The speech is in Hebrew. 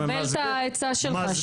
קבל את העצה שלך, שתה מים.